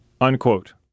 unquote